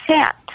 set